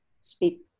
Speak